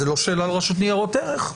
זו לא שאלה לרשות ניירות ערך.